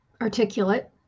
Articulate